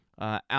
out